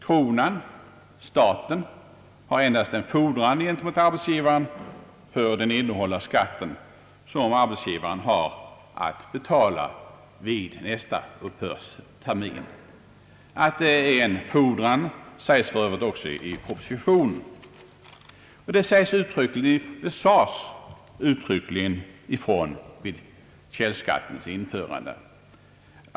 Kronan, staten, har endast en fordran mot arbetsgivaren för den innehållna skatt, som arbetsgivaren har att betala vid nästa uppbördstermin. Att det är en fordran sägs för övrigt också i propositionen, liksom det uttryckligen sades ifrån vid källskattens införande.